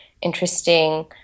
interesting